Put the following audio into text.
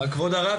כבוד הרב,